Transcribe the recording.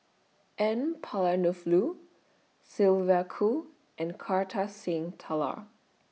N Palanivelu Sylvia Kho and Kartar Singh Thakral